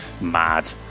mad